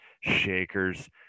shakers